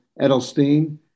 Edelstein